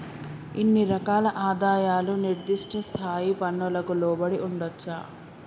ఇన్ని రకాల ఆదాయాలు నిర్దిష్ట స్థాయి పన్నులకు లోబడి ఉండొచ్చా